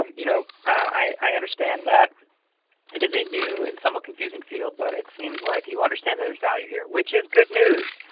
um you know i understand that it is a new and somewhat confusing field, but it seems like you understand there is value here, which is good news!